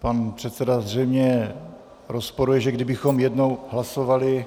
Pan předseda zřejmě rozporuje, že kdybychom jednou hlasovali